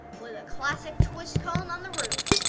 with a classic twist cone on the roof.